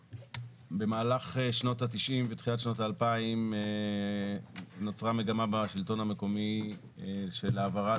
במהלך שנות ה-90 ותחילת שנות ה-2000 נוצרה מגמה בשלטון המקומי של העברת